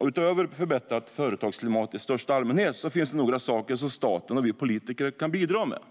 Utöver ett förbättrat företagsklimat i största allmänhet finns det några saker som staten och vi politiker kan bidra med.